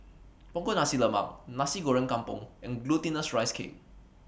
Punggol Nasi Lemak Nasi Goreng Kampung and Glutinous Rice Cake